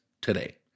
today